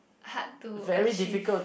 hard to achieve